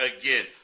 Again